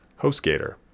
HostGator